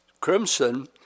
crimson